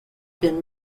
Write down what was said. been